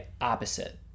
opposite